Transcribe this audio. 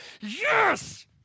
Yes